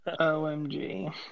Omg